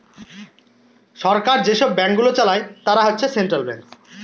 সরকার যেসব ব্যাঙ্কগুলো চালায় তারা হচ্ছে সেন্ট্রাল ব্যাঙ্কস